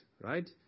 right